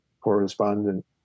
correspondent